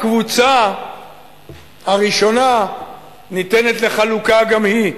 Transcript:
הקבוצה הראשונה ניתנת לחלוקה גם היא,